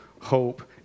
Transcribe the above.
hope